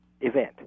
event